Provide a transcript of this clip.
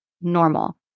normal